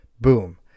boom